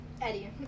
Eddie